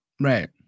Right